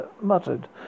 muttered